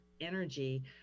energy